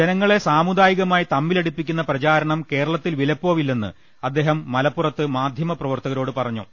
ജനങ്ങളെ സാമുദായികമായി തമ്മിലടിപ്പിക്കുന്ന പ്രചാരണം കേരളത്തിൽ വിലപ്പോവില്ലെന്ന് അദ്ദേഹം മലപ്പുറത്ത് മാധ്യമ പ്രവർത്തകരോട് പറഞ്ഞു